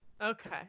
Okay